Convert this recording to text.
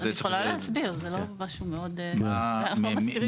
אני יכולה להסביר, אנחנו לא מסתירים שום דבר.